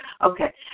Okay